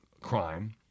crime